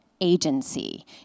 agency